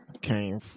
came